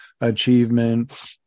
achievement